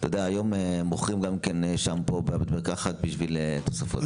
היום מוכרים גם שמפו בבית מרקחת בשביל תוספת רווח.